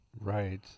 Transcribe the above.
Right